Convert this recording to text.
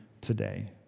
today